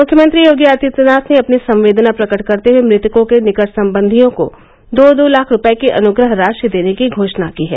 मुख्यमंत्री योगी आदित्यनाथ ने अपनी संवेदनाएं प्रकट करते हुये मृतकों के निकट संबंधियों को दो दो लाख रुपये की अनुग्रह राशि देने की घोषणा की है